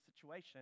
situation